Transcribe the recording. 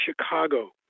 Chicago